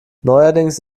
neuerdings